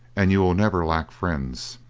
and you will never lack friends.